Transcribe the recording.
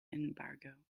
embargo